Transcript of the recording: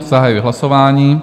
Zahajuji hlasování.